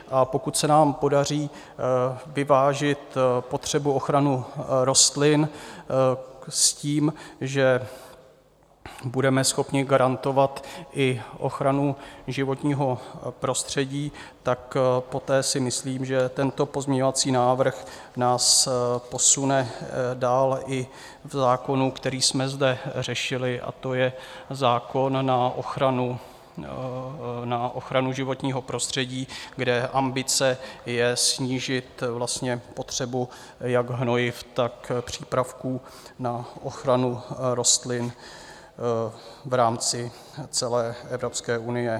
A pokud se nám podaří vyvážit potřebnou ochranu rostlin s tím, že budeme schopni garantovat i ochranu životního prostředí, tak poté si myslím, že tento pozměňovací návrh nás posune dál i v zákonu, který jsme zde řešili, a to je zákon na ochranu životního prostředí, kde je ambice snížit vlastně potřebu jak hnojiv, tak přípravků na ochranu rostlin v rámci celé Evropské unie.